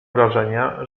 wrażenia